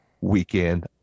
weekend